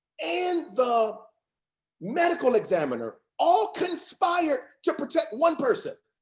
and the medical examiner all conspired to protect one person.